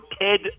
Ted